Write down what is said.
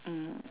mm